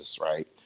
right